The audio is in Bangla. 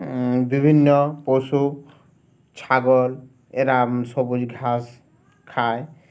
বিভিন্ন পশু ছাগল এরা সবুজ ঘাস খায়